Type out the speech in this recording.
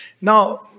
Now